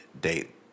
date